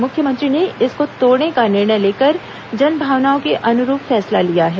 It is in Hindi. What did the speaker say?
मुख्यमंत्री ने इसको तोड़ने का निर्णय लेकर जन भावनाओं के अनुरूप फैसला लिया है